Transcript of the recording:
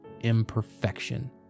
imperfection